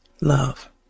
love